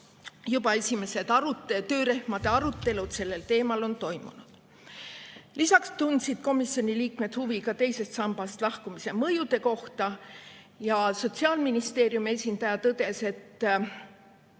juba on esimesed töörühmade arutelud sellel teemal toimunud. Lisaks tundsid komisjoni liikmed huvi ka teisest sambast lahkumise mõjude kohta. Sotsiaalministeeriumi esindaja tõdes, et